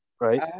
Right